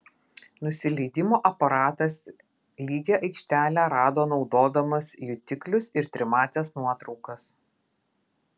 nusileidimo aparatas lygią aikštelę rado naudodamas jutiklius ir trimates nuotraukas